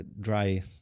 dry